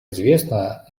известно